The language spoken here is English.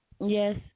Yes